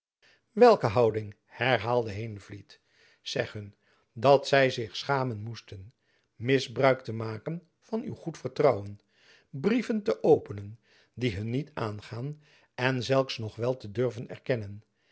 welke houding herhaalde heenvliet zeg hun dat zy zich schamen moesten misbruik te maken van uw goed vertrouwen brieven te openen die hun niet aangaan en zulks nog wel te durven erkennen